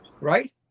right